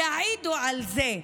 יעידו על זה,